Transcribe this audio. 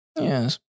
Yes